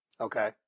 okay